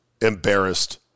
embarrassed